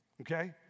Okay